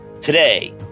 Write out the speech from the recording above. Today